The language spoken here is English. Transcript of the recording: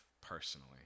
personally